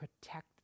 protect